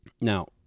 Now